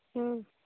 ᱦᱩᱸ